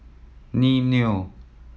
Mimeo